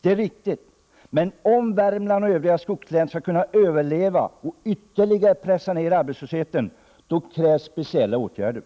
Det är riktigt, men om Värmland och övriga skogslän skall kunna överleva och ytterligare pressa ner arbetslösheten krävs speciella åtgärder.